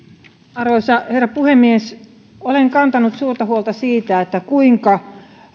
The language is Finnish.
arvoisa herra puhemies olen kantanut suurta huolta siitä kuinka